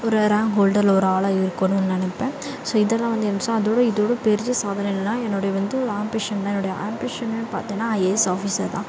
ஒரு ரேங்க் ஹோல்டரில் ஒரு ஆளாக இருக்கணுன்னு நினப்பேன் ஸோ இதெல்லாம் வந்து அதோடய இதோட பெரிய சாதனை என்னென்னால் என்னோட வந்து ஆம்பிஷன் தான் என்னுடைய ஆம்பிஷன்னு பார்த்தீன்னா ஐஏஎஸ் ஆஃபிஸர் தான்